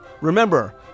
remember